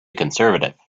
conservative